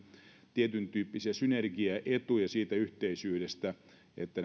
tietyntyyppisiä synergiaetuja siitä yhteisyydestä että